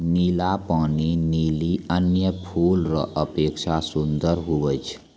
नीला पानी लीली अन्य फूल रो अपेक्षा सुन्दर हुवै छै